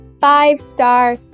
five-star